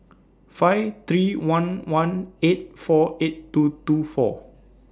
five three one one eight four eight two two four